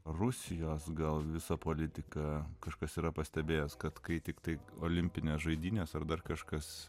rusijos gal visą politiką kažkas yra pastebėjęs kad kai tiktai olimpines žaidynes ar dar kažkas